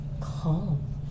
calm